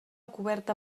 coberta